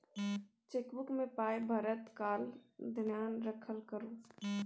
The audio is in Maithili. चेकबुक मे पाय भरैत काल धेयान राखल करू